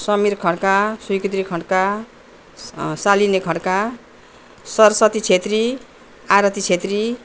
Samir Khadka Swikriti Khadka Shalini Khadka Saraswati Chhetri Aarti Chhetri